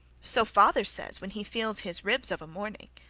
so father says, when he feels his ribs of a morning.